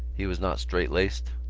he was not straight-laced,